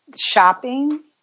shopping